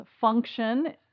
function